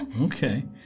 Okay